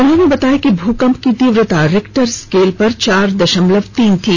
उन्होंने बताया कि भूकंप की तीव्रता रिक्टर स्केल पर चार दशमलव तीन थी